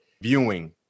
viewing